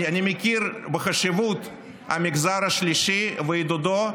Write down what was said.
אני מכיר בחשיבות המגזר השלישי ועידודו,